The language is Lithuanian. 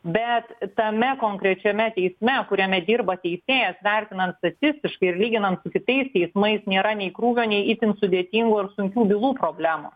bet tame konkrečiame teisme kuriame dirba teisėjas vertinant statistiškai ir lyginant su kitais teismais nėra nei krūvio nei itin sudėtingų ar sunkių bylų problemų